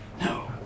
no